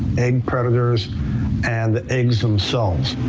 egg predators and the eggs themselves.